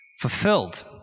fulfilled